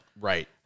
right